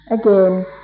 again